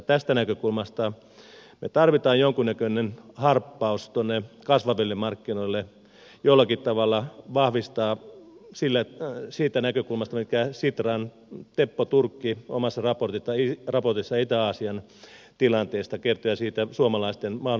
tästä näkökulmasta me tarvitsemme jonkun näköisen harppauksen tuonne kasvaville markkinoille jollakin tavalla vahvistusta siitä näkökulmasta mitä sitran teppo turkki omassa raportissaan itä aasian tilanteesta kertoi ja suomalaisten mahdollisuuksista siellä